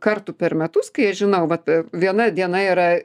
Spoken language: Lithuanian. kartų per metus kai aš žinau vat viena diena yra